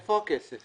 איפה הכסף?